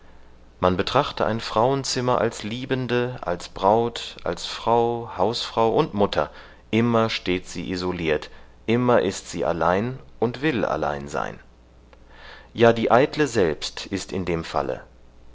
man betrachte ein frauenzimmer als liebende als braut als frau hausfrau und mutter immer steht sie isoliert immer ist sie allein und will allein sein ja die eitle selbst ist in dem falle